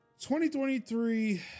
2023